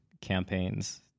campaigns